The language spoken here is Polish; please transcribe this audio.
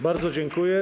Bardzo dziękuję.